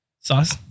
sauce